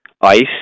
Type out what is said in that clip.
ICE